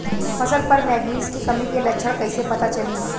फसल पर मैगनीज के कमी के लक्षण कइसे पता चली?